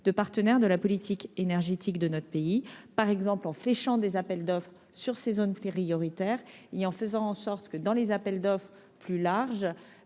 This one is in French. de partenaires de la politique énergétique de notre pays. Nous le ferons, par exemple en fléchant des appels d'offres sur ces zones prioritaires et en faisant en sorte que, dans les appels d'offres plus larges,